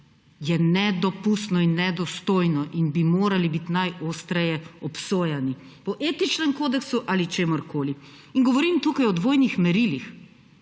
je nedopustno in nedostojno in bi morali biti najostreje obsojeni po etičnem kodeksu ali čemurkoli. Govorim tukaj o dvojnih merilih.